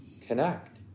connect